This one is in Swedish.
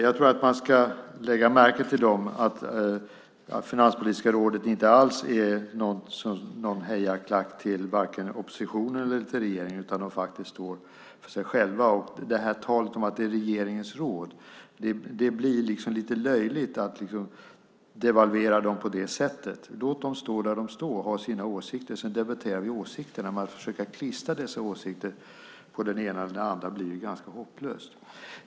Jag tror att man ska lägga märke till att Finanspolitiska rådet inte alls är någon hejarklack till vare sig oppositionen eller regeringen, utan det står faktiskt för sig självt. Det talas om att det är regeringens råd. Det blir lite löjligt att devalvera rådet på det sättet. Låt det stå där det står och ha sina åsikter! Sedan debatterar vi åsikterna. Men att försöka klistra dessa åsikter på den ena eller den andra blir ganska hopplöst.